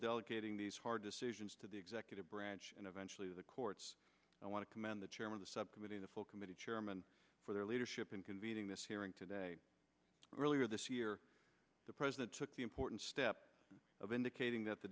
delegating these hard decisions to the executive branch and eventually the courts i want to commend the chairman the subcommittee the full committee chairman for their leadership in convening this hearing today earlier this year the president took certain steps of indicating that the